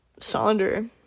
Sonder